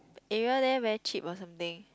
area there very cheap or something